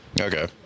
okay